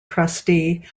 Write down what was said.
trustee